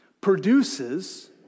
produces